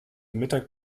mittag